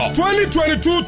2022